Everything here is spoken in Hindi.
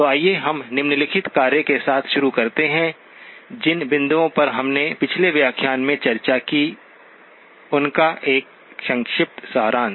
तो आइए हम निम्नलिखित कार्य के साथ शुरू करते हैं जिन बिंदुओं पर हमने पिछले व्याख्यान में चर्चा की उनका एक संक्षिप्त सारांश